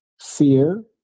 fear